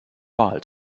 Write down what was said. wahl